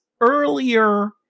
earlier